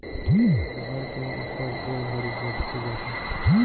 rubber के उपज ए घड़ी बढ़ते जाता